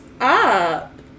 up